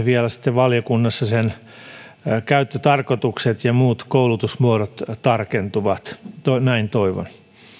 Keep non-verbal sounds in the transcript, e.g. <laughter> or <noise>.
<unintelligible> vielä sitten valiokunnassa sen käyttötarkoitukset ja muut koulutusmuodot tarkentuvat näin toivon